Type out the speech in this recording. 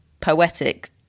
poetic